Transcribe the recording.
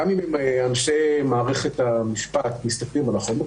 גם אם אלה אנשי מערכת המשפט שמסתכלים על החומר,